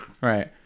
Right